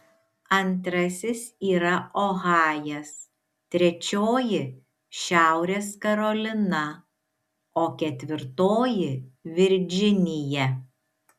antrasis yra ohajas trečioji šiaurės karolina o ketvirtoji virdžinija